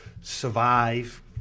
survive